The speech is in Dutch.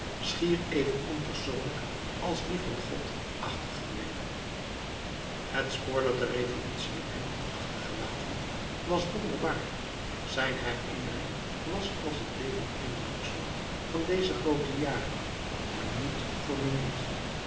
schier even onpersoonlijk als die van god achtergebleven het spoor dat de revolutie in hem had achtergelaten was wonderbaar zijn herinnering was als een levend indruksel van deze groote jaren minuut voor minuut